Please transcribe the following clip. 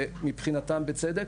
ומבחינתם בצדק,